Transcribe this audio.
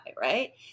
right